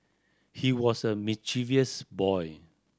he was a mischievous boy